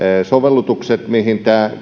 sovellutukset mihin tämä